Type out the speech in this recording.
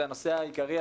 זה הנושא העיקרי,